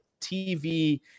TV